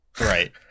right